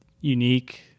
unique